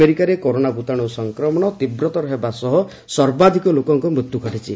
ଆମେରିକାରେ କରୋନା ଭୂତାଣୁ ସଂକ୍ରମଣ ତୀବ୍ରତାର ହେବା ସହ ସର୍ବାଧିକ ଲୋକଙ୍କ ମୃତ୍ୟୁ ଘଟିଛି